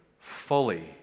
fully